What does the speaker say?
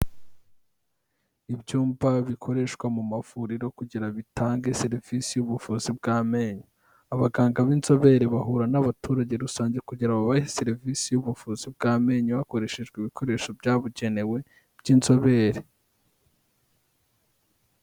Ibyumba bikoreshwa mu mavuriro kugira bitange serivisi y'ubuvuzi bw'amenyo. Abaganga b'inzobere bahura n'abaturage rusange kugira babahe serivisi y'ubuvuzi bw'amenyo hakoreshejwe ibikoresho byabugenewe by'inzobere.